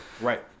Right